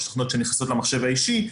יש תוכנות שנכנסות למחשב האישי.